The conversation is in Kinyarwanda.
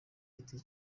giti